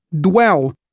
dwell